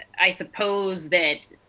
i suppose that